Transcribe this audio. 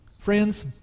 Friends